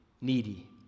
needy